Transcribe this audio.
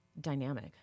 dynamic